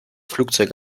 flugzeuge